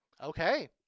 Okay